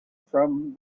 from